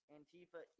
Antifa